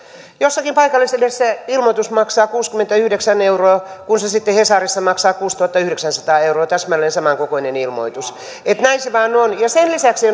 jossakin paikallislehdessä ilmoitus maksaa kuusikymmentäyhdeksän euroa kun sitten hesarissa maksaa kuusituhattayhdeksänsataa euroa täsmälleen samankokoinen ilmoitus että näin se vain on sen lisäksi